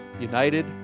united